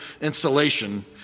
installation